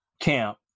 camp